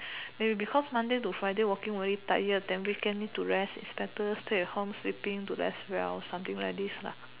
maybe because Monday to Friday working very tired then weekend need to rest is better stay at home sleeping to rest well something like this lah